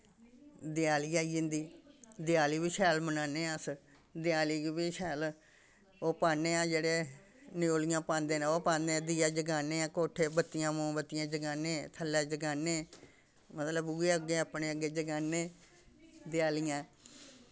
देआली आई जंदी देआली बी शैल मनान्ने अस देआली गी बी शैल ओह् पान्ने आं जेह्ड़े न्योलियां पांदे न ओह् पान्ने दीया जगाने ऐं कोठे बत्तियां मोमबत्तियां जगाने थ'ल्लै जगाने मतलब उ'यै अग्गै अपने अग्गै जगाने देआली ऐ